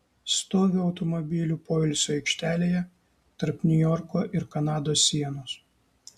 stoviu automobilių poilsio aikštelėje tarp niujorko ir kanados sienos